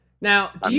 now